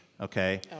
okay